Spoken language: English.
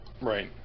Right